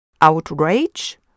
outrage